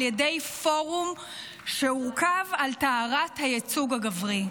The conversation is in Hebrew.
ידי פורום שהורכב על טהרת הייצוג הגברי,